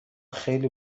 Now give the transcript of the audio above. خیلی